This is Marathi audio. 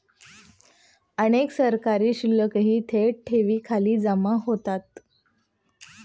अनेक सरकारी शुल्कही थेट ठेवींखाली जमा होतात